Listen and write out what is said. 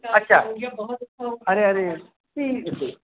اچھا بہت ارے ارے ٹھیک ہے ٹھیک ہے